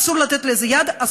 אסור לתת לזה יד.